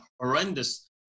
horrendous